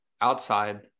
outside